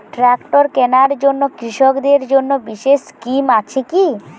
Tractor কেনার জন্য কৃষকদের জন্য বিশেষ স্কিম আছে কি?